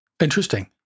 interesting